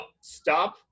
Stop